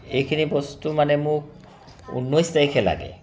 এইখিনি বস্তু মানে মোক ঊনৈছ তাৰিখে লাগে